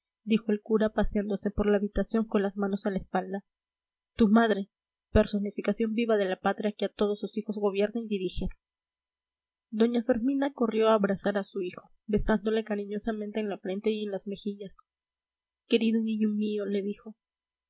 dijo el cura paseándose por la habitación con las manos a la espalda tu madre personificación viva de la patria que a todos sus hijos gobierna y dirige doña fermina corrió a abrazar a su hijo besándole cariñosamente en la frente y en las mejillas querido niño mío le dijo